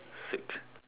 sick